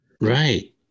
Right